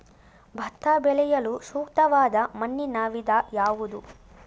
ಭತ್ತ ಬೆಳೆಯಲು ಸೂಕ್ತವಾದ ಮಣ್ಣಿನ ವಿಧ ಯಾವುದು?